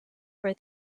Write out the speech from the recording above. for